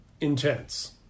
intense